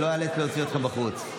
שלא איאלץ להוציא אתכן החוצה.